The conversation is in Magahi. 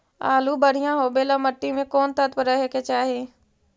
आलु बढ़िया होबे ल मट्टी में कोन तत्त्व रहे के चाही?